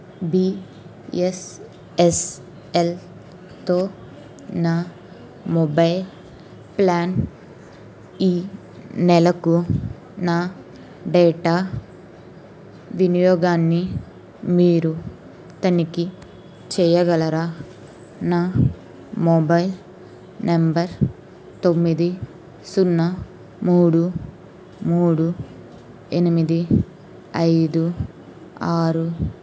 బీఎస్ఎస్ఎల్తో నా mobile plan ఈ నెలకు నా డేటా వినియోగాన్ని మీరు తనిఖీ చెయ్యగలరా నా మొబైల్ నంబర్ తొమ్మిది సున్నా మూడు మూడు ఎనిమిది ఐదు ఆరు